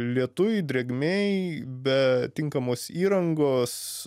lietuj drėgmėj be tinkamos įrangos